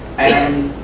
and